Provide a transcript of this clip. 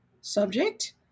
subject